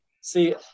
See